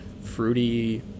fruity